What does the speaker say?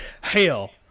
hell